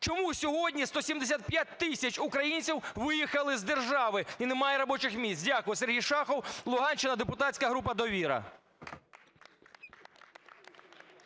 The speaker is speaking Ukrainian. Чому сьогодні 175 тисяч українців виїхали з держави і немає робочих місць? Дякую. Сергій Шахов, Луганщина, депутатська група "Довіра".